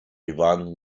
ran